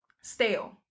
stale